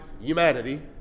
humanity